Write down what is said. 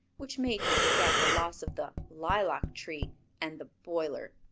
which made him forget the loss of the lilac tree and the boiler.